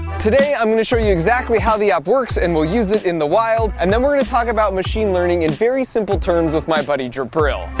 today i'm going to show you exactly how the app works, and we'll use it in the wild, and then we're going to talk about machine learning in very simple terms with my buddy jabril.